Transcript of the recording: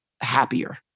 happier